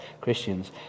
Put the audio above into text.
Christians